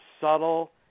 subtle